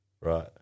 Right